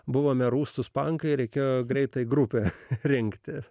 buvome rūstūs pankai reikia greitai grupę rinktis